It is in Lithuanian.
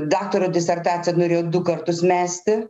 daktaro disertaciją norėjau du kartus mesti